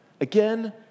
Again